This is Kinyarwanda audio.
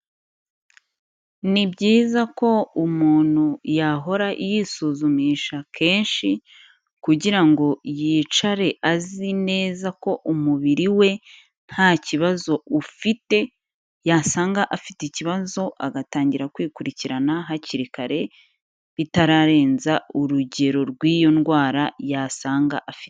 Ni byiza ko umuntu yahora yisuzumisha kenshi kugira ngo yicare azi neza ko umubiri we nta kibazo ufite yasanga afite ikibazo agatangira kwikurikirana hakiri kare, bitararenza urugero rw'iyo ndwara yasanga afite.